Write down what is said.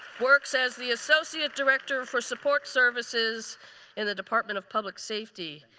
works as the associate director for support services in the department of public safety.